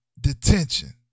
detention